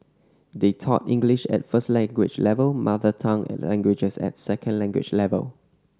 they taught English at first language level mother tongue languages at second language level